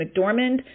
McDormand